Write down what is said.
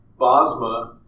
Bosma